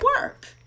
work